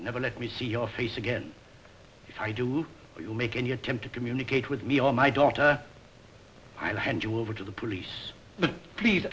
never let me see your face again why do you make any attempt to communicate with me on my daughter i hand you over to the police